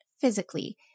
physically